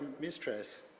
mistress